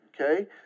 okay